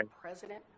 president